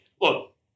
look